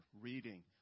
reading